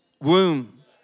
womb